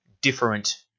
different